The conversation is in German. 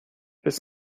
bis